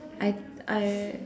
I I